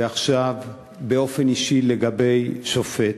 ועכשיו באופן אישי לגבי שופט,